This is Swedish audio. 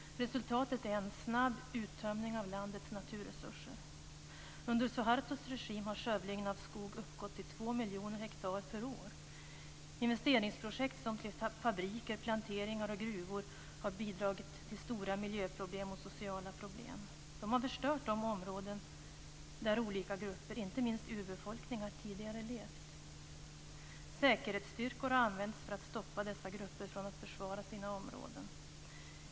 Resultatet är en snabb uttömning av landets naturresurser. Under Suhartos regim har skövlingen av skog uppgått till två miljoner hektar per år. Investeringsprojekt, t.ex. fabriker, planteringar och gruvor, har bidragit till stora miljöproblem och sociala problem. De har förstört de områden där olika grupper, inte minst urbefolkningar, tidigare levt. Säkerhetsstyrkor har använts för att stoppa dessa grupper från att försvara sina områden.